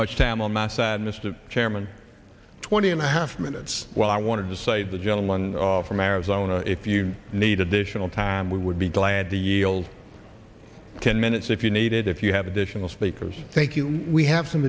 much time on my side mr chairman twenty and a half minutes well i want to say the gentleman's from arizona if you need additional time we would be glad to yield ten minutes if you needed if you have additional speakers thank you we have some